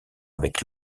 avec